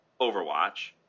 Overwatch